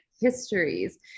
histories